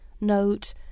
Note